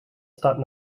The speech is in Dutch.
staat